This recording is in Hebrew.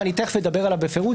ואני תכף אדבר על זה בפירוט,